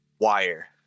wire